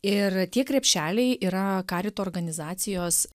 ir tie krepšeliai yra karito organizacijos